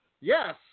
Yes